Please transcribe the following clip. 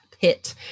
pit